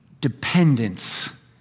dependence